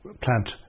plant